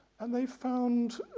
and they found